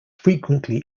frequently